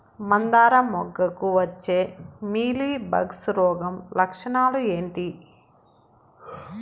మందారం మొగ్గకు వచ్చే మీలీ బగ్స్ రోగం లక్షణాలు ఏంటి?